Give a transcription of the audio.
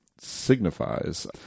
signifies